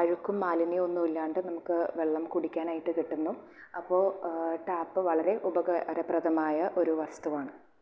അഴുക്കും മാലിന്യവുമൊന്നും ഇല്ലാണ്ട് നമുക്ക് വെള്ളം കുടിക്കാനായിട്ട് കിട്ടുന്നു അപ്പോൾ ടാപ്പ് വളരെ ഉപകാരപ്രദമായ ഒരു വസ്തുവാണ്